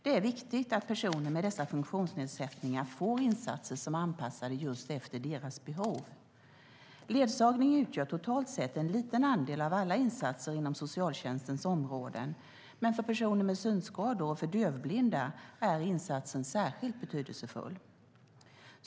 Det är viktigt att personer med dessa funktionsnedsättningar får insatser som är anpassade efter just deras behov. Ledsagning utgör totalt sett en liten andel av alla insatser inom socialtjänstens områden, men för personer med synskador och för dövblinda är insatsen särskilt betydelsefull.